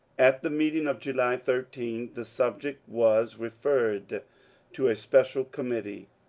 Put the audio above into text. at the meeting of july thirteen the subject was referred to a special committee.